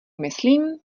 myslím